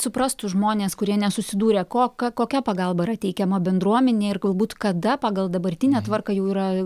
suprastų žmonės kurie nesusidūrė ko ka kokia pagalba yra teikiama bendruomenei ir galbūt kada pagal dabartinę tvarką jau yra